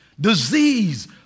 disease